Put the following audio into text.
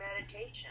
meditation